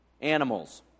animals